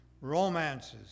romances